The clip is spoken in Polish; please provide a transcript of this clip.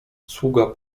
sługa